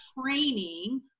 training